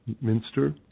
minster